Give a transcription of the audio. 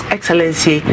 Excellency